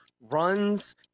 runs